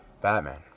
batman